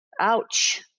Ouch